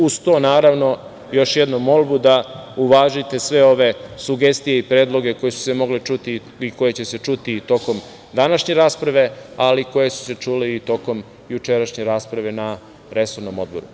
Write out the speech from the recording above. Uz to, naravno, još jednu molbu da uvažite sve ove sugestije i predloge koji su se mogli čuti i koji će se čuti tokom današnje rasprave, ali i koje su se čule i tokom jučerašnje rasprave na resornom Odboru.